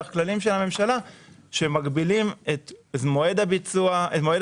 בכללים של הממשלה שמגבילים את מועד התשלום